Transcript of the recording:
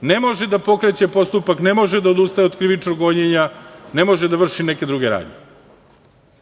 ne može da pokreće postupak, ne može da odustaje od krivičnog gonjenja, ne može da vrši neke druge radnje. Ovako